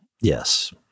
yes